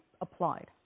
applied